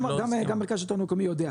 גם מרכז שלטון מקומי יודע,